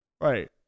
Right